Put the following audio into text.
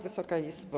Wysoka Izbo!